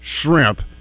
shrimp